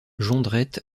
jondrette